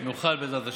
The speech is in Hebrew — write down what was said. שנוכל, בעזרת השם.